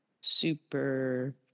super